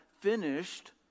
finished